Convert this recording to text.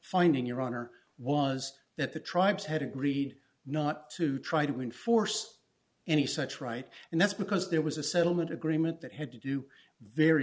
finding your honor was that the tribes had agreed not to try to enforce any such right and that's because there was a settlement agreement that had to do very